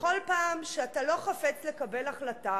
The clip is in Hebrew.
בכל פעם שאתה לא חפץ לקבל החלטה,